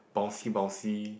bouncy bouncy